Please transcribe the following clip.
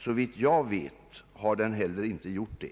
Såvitt jag vet har den heller inte gjort det.